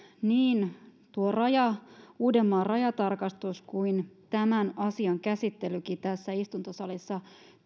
niin tuo uudenmaan rajatarkastus kuin tämän asian käsittelykin tässä istuntosalissa